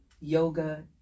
yoga